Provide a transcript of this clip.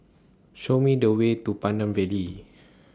Show Me The Way to Pandan Valley